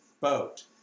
boat